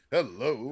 Hello